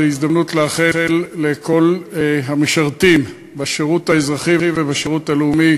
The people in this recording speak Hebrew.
זו הזדמנות לאחל לכל המשרתים בשירות האזרחי ובשירות הלאומי